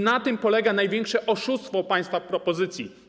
Na tym polega największe oszustwo w państwa propozycji.